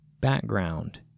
background